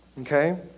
okay